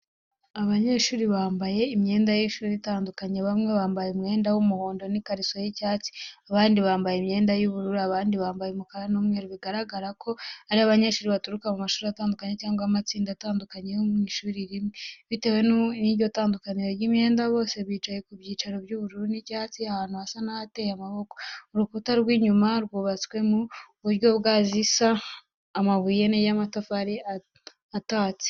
Abanyeshuri bambaye imyenda y’ishuri itandukanye: bamwe bambaye umwenda w’umuhondo n’ikariso y’icyatsi, abandi bambaye imyenda y’ubururu, abandi umukara n’umweru. Bigaragara ko ari abanyeshuri baturuka mu mashuri atandukanye cyangwa amatsinda atandukanye yo mu ishuri rimwe, bitewe n’itandukaniro ry’imyenda. Bose bicaye ku byicaro by’ubururu n’icyatsi, ahantu hasa n’ahateye amaboko. Urukuta rw’inyuma rwubatswe mu buryo bwa, zisa n’iza amabuye y’amatafari atatse.